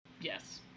Yes